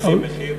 בכל מחיר?